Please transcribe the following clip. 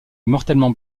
mortellement